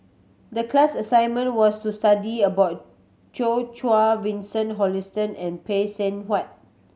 the class assignment was to study about Jo Chua Vincent Hoisington and Phay Seng Whatt